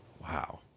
Wow